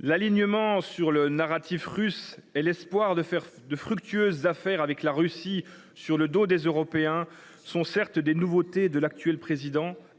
L’alignement sur le narratif russe et l’espoir de faire de fructueuses affaires avec la Russie sur le dos des Européens sont, certes, des nouveautés de l’actuel président